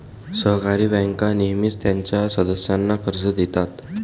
सहकारी बँका नेहमीच त्यांच्या सदस्यांना कर्ज देतात